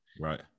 Right